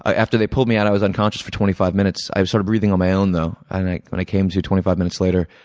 after they pulled me out, i was unconscious for twenty five minutes. i started breathing on my own, though, and when i came to twenty five minutes later.